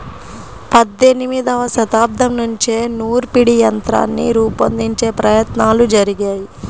పద్దెనిమదవ శతాబ్దం నుంచే నూర్పిడి యంత్రాన్ని రూపొందించే ప్రయత్నాలు జరిగాయి